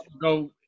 go